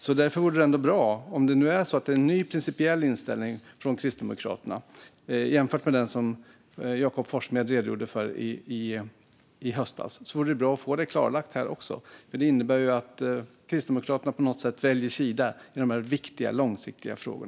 Om Kristdemokraterna har en ny principiell inställning, jämfört med den som Jakob Forssmed redogjorde för i höstas, vore det bra att få det klarlagt här, för det innebär att Kristdemokraterna på något sätt väljer sida i dessa viktiga långsiktiga frågor.